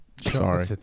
Sorry